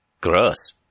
gross